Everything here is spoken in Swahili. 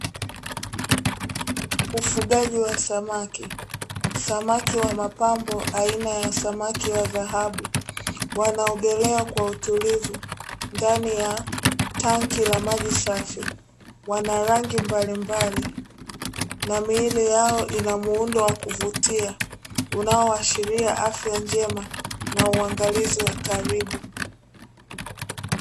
Ufugaji wa samaki. Samaki wamapambo aina ya samaki wa dhahabu wanaogelea kwa utulivu ndani ya tenki la maji safi, wanarangi mbalimbali na miili yao inamuundo wa kuvutia unaoashiria afya njema na uangalizi wa karibu.